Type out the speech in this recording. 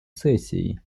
сессией